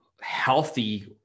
healthy